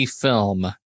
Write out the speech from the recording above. film